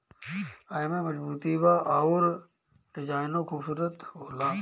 एमे मजबूती बा अउर डिजाइनो खुबसूरत होला